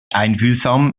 einfühlsam